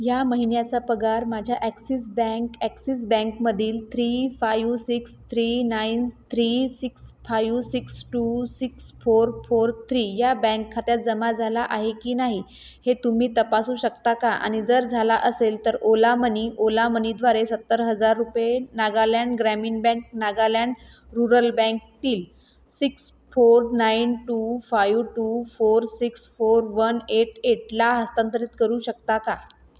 या महिन्याचा पगार माझ्या ॲक्सिस बँक ॲक्सिस बँकमधील three five six three nine three six five six two six four four three या बँक खात्यात जमा झाला आहे की नाही हे तुम्ही तपासू शकता का आणि जर झाला असेल तर ओला मनी ओला मनीद्वारे सत्तर हजार रुपये नागालँड ग्रामीण बँक नागालँड रुरल बँकतील six four nine two five two four six four one eight एटला हस्तांतरित करू शकता का